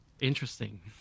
Interesting